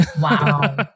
wow